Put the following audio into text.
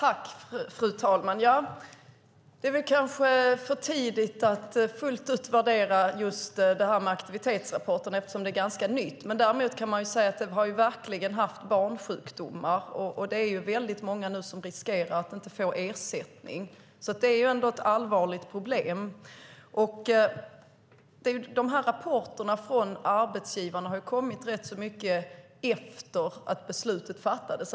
Fru talman! Det är kanske för tidigt att fullt ut värdera aktivitetsrapporten eftersom detta är någonting ganska nytt. Däremot kan man säga att detta verkligen har haft barnsjukdomar. Det är många som nu riskerar att inte få ersättning. Det är ändå ett allvarligt problem. Dessa rapporter från arbetsgivarna har rätt så mycket kommit efter att beslutet fattades.